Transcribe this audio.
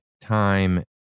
time